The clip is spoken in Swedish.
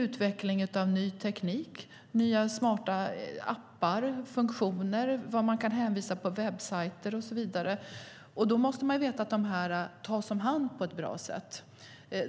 Utvecklingen av ny teknik, nya smarta appar och funktioner, hänvisningar på webbsajter och så vidare går att använda, och då måste man veta att informationen tas om hand på ett bra sätt.